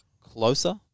closer